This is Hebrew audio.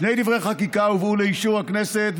שני דברי חקיקה הובאו לאישור הכנסת,